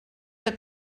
que